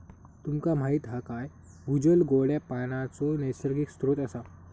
तुमका माहीत हा काय भूजल गोड्या पानाचो नैसर्गिक स्त्रोत असा